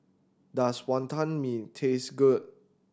does Wonton Mee taste good